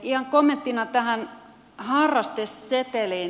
ihan kommenttina tähän harrasteseteliin